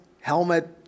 helmet